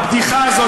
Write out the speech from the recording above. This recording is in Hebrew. הבדיחה הזאת,